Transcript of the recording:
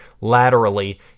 laterally